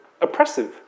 oppressive